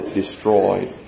destroyed